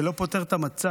זה לא פותר את המצב.